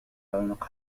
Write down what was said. عنق